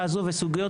סוגיית